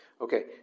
Okay